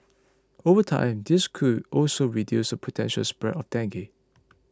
over time this could also reduce the potential spread of dengue